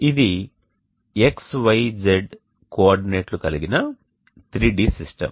ఇది X Y Z కోఆర్డినేట్లు కలిగిన 3D సిస్టమ్